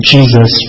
Jesus